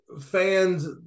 fans